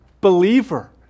believer